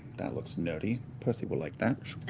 that looks nerdy, percy will like that,